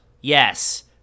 Yes